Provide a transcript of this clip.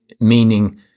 meaning